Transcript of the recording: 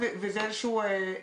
לזה התייחסתי.